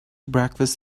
breakfast